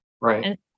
Right